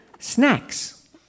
snacks